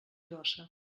grossa